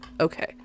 Okay